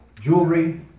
jewelry